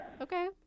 Okay